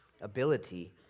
ability